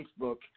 Facebook